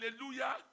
hallelujah